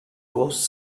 cost